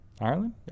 Ireland